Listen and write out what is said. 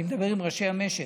אני מדבר עם ראשי המשק.